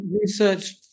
research